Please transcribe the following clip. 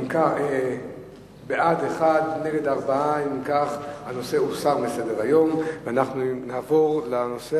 ההצעה שלא לכלול את הנושא בסדר-היום של הכנסת נתקבלה.